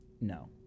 no